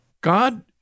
God